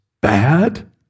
bad